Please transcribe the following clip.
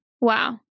Wow